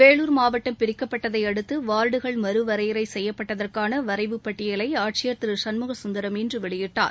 வேலூர் மாவட்டம் பிரிக்கப்பட்டதையடுத்து வார்டுகள் மறுவரையறை செய்யப்பட்டதற்கான வரைவு பட்டியலை ஆட்சியர் திரு சண்முக சுந்தரம் இன்று வெளியிட்டார்